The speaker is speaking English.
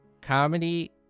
comedy